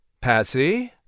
Patsy